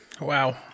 Wow